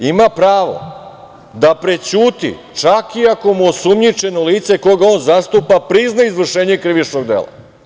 Advokat ima pravo da prećuti čak i ako mu osumnjičeno lice koga on zastupa prizna izvršenje krivičnog dela.